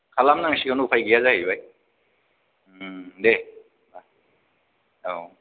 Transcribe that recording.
खालामनांसिगोन उफाय गैया जाहैबाय ओम दे औ